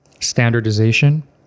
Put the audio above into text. standardization